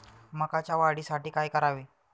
मकाच्या वाढीसाठी काय करावे?